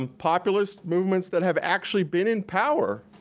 um populist movements that have actually been in power,